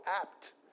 apt